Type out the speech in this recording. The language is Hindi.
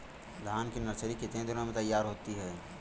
धान की नर्सरी कितने दिनों में तैयार होती है?